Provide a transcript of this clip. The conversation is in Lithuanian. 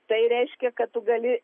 tai reiškia kad tu gali